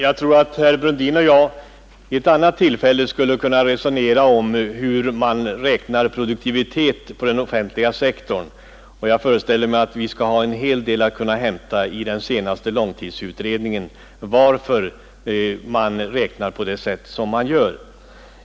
Herr talman! Herr Brundin och jag skulle vid ett annat tillfälle kunna resonera om hur man beräknar produktiviteten på den offentliga sektorn. Jag föreställer mig att vi har en hel del att hämta i den senaste långtidsutred ningen om varför man räknar på det sätt som man gör.